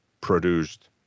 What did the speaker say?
produced